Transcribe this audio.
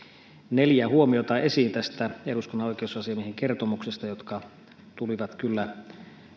neljä huomiota esiin eduskunnan oikeusasiamiehen kertomuksesta jotka tulivat kyllä